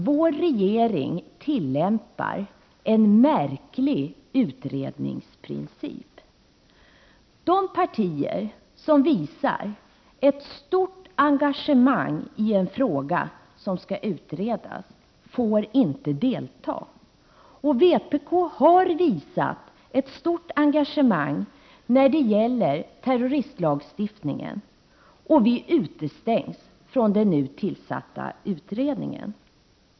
Vår regering tillämpar en märklig princip när det gäller tillsättandet av kommittéer. De partier som visar ett stort engagemang ien fråga som skall utredas får inte delta i utredningsarbetet. Vpk har visat ett stort engagemang när det gäller terroristlagstiftningen. Vi utestängs från den nu tillsatta utredningen.